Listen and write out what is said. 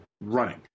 running